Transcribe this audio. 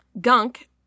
gunk